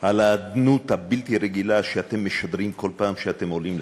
את האדנות הבלתי-רגילה שאתם משדרים כל פעם שאתם עולים לכאן: